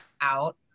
out